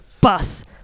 Bus